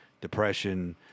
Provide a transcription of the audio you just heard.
depression